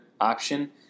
option